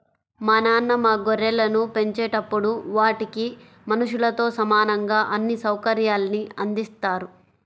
మా నాన్న మా గొర్రెలను పెంచేటప్పుడు వాటికి మనుషులతో సమానంగా అన్ని సౌకర్యాల్ని అందిత్తారు